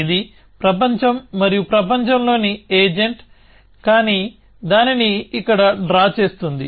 ఇది ప్రపంచం మరియు ప్రపంచంలోని ఏజెంట్ కానీ దానిని ఇక్కడ డ్రా చేస్తుంది